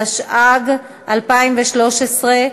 התשע"ג 2013,